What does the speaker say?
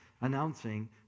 announcing